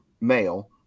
male